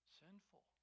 sinful